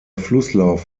flusslauf